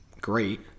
great